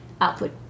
output